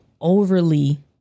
overly